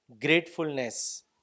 gratefulness